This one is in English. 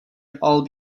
all